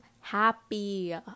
happy